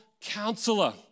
counselor